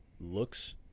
looks